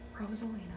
Rosalina